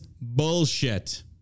bullshit